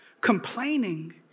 complaining